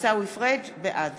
בעד